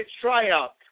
tryout